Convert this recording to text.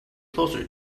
closer